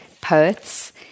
poets